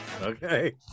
Okay